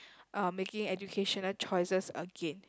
uh making educational choices again